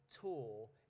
tool